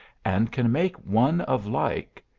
and can make one of like,